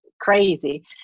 crazy